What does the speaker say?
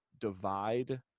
divide